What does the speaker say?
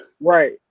right